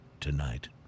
tonight